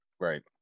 Right